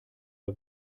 bei